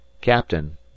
Captain